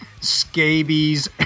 scabies